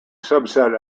subset